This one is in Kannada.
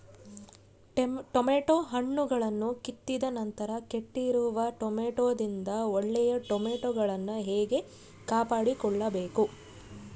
ಟೊಮೆಟೊ ಹಣ್ಣುಗಳನ್ನು ಕಿತ್ತಿದ ನಂತರ ಕೆಟ್ಟಿರುವ ಟೊಮೆಟೊದಿಂದ ಒಳ್ಳೆಯ ಟೊಮೆಟೊಗಳನ್ನು ಹೇಗೆ ಕಾಪಾಡಿಕೊಳ್ಳಬೇಕು?